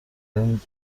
این